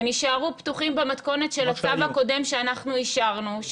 הם יישארו פתוחים במתכונת של הצו הקודם שאנחנו אישרנו,